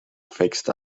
fixed